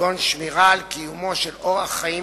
כגון שמירה על קיומו של אורח חיים